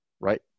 right